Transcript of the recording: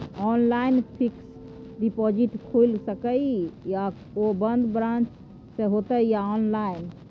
Online fixed deposit खुईल सके इ आ ओ बन्द ब्रांच स होतै या ऑनलाइन?